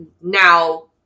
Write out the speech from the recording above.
now